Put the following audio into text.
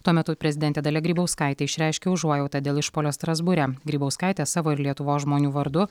tuo metu prezidentė dalia grybauskaitė išreiškė užuojautą dėl išpuolio strasbūre grybauskaitė savo ir lietuvos žmonių vardu